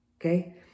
okay